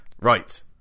right